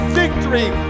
victory